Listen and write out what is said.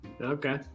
okay